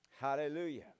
Hallelujah